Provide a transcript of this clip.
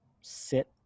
sit